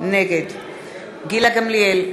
נגד גילה גמליאל,